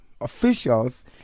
officials